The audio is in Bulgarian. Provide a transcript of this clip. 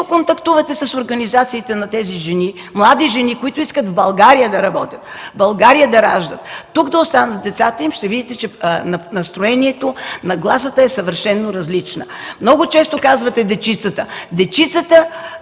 контактувате с организациите на тези жени, млади жени, които искат да работят в България, да раждат в България, тук да останат децата им, ще видите, че настроението, нагласата е съвършено различна. Много често казвате „дечицата”. Би